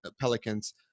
Pelicans